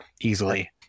easily